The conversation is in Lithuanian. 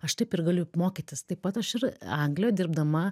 aš taip ir galiu mokytis taip pat aš ir anglijoj dirbdama